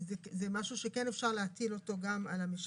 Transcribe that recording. זה משהו שאפשר להטיל אותו על המשדר.